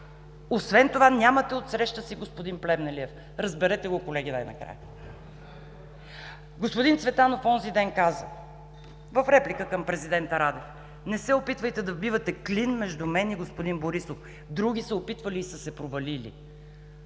Освен това нямате отсреща си господин Плевнелиев. Разберете го, колеги, най-накрая! Господин Цветанов онзи ден каза в реплика към президента Радев: „Не се опитвайте да вбивате клин между мен и господин Борисов. Други са опитвали и са се провалили!“.